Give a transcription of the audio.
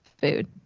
food